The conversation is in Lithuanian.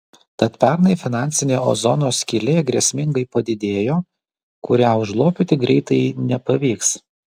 tad pernai finansinė ozono skylė grėsmingai padidėjo kurią užlopyti greitai nepavyks